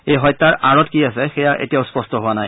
এই হত্যাৰ আৰত কি আছে সেয়া এতিয়াও স্পট্ট হোৱা নাই